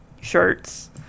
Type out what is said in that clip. shirts